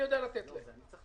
אני יודע לתת להם.